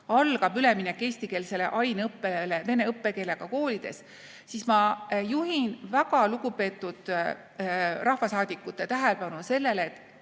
algab üleminek eestikeelsele aineõppele vene õppekeelega koolides, siis ma juhin väga lugupeetud rahvasaadikute tähelepanu sellele, et